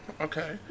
Okay